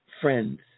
friends